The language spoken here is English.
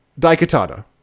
Daikatana